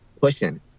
pushing